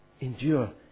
Endure